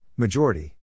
Majority